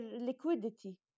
liquidity